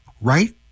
right